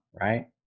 right